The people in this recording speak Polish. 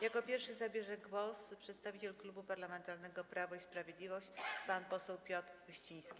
Jako pierwszy zabierze głos przedstawiciel Klubu Parlamentarnego Prawo i Sprawiedliwość pan poseł Piotr Uściński.